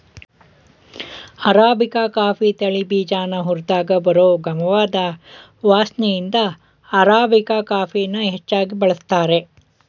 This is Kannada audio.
ಅರಾಬಿಕ ಕಾಫೀ ತಳಿ ಬೀಜನ ಹುರ್ದಾಗ ಬರೋ ಗಮವಾದ್ ವಾಸ್ನೆಇಂದ ಅರಾಬಿಕಾ ಕಾಫಿನ ಹೆಚ್ಚಾಗ್ ಬಳಸ್ತಾರೆ